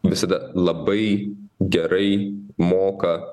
visada labai gerai moka